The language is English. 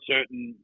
certain